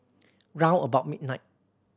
round about midnight